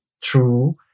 true